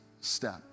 step